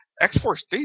X-Force